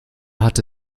hatte